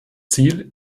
ziel